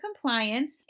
compliance